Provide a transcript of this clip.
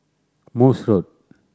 Morse Road